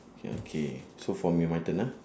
okay okay so for me my turn ah